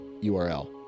URL